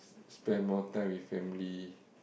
spend more time with family